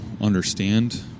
understand